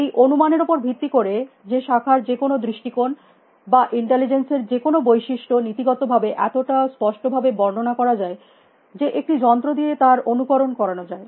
এই অনুমানের উপর ভিত্তি করে যে শেখার যেকোনো দৃষ্টিকোণ বা ইন্টেলিজেন্স এর যে কোনো বৈশিষ্ট্য নীতিগত ভাবে এতটা স্পষ্টভাবে বর্ণনা করা যায় যে একটি যন্ত্র দিয়ে তার অনুকরণ করানো যায়